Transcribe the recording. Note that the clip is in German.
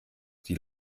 die